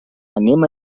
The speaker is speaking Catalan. anem